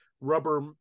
rubber